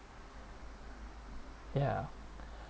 ya